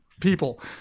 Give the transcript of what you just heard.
people